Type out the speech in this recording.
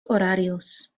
horarios